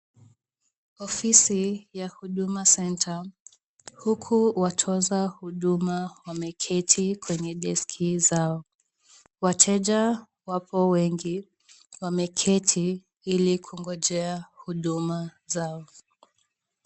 Ofisi ya huduma center, huku watoza huduma wameketi kwenye deski zao. Wateja wapo wengi, wameketi ili kungojea huduma zao.